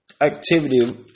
Activity